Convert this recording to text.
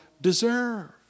deserve